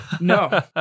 No